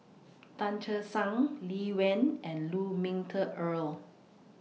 Tan Che Sang Lee Wen and Lu Ming Teh Earl